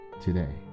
today